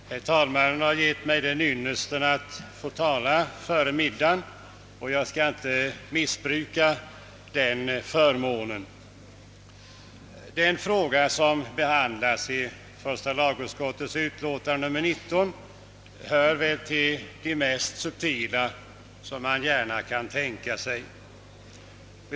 Herr talman! Jag har av herr talmannen fått ynnesten att tala före midda gen och jag skall inte missbruka den förmånen. Den fråga som behandlades i första lagutskottets utlåtande nr 19 hör till de mest subtila man kan tänka sig.